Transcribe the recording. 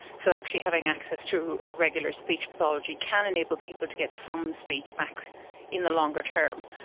so actually having access to a regular speech pathology can enable people to get some speech back in the longer term.